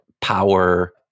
power